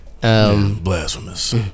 Blasphemous